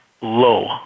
low